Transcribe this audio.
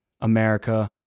America